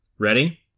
Ready